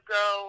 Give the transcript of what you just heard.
go